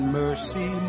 mercy